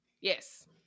Yes